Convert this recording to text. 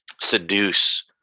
seduce